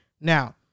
Now